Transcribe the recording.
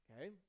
okay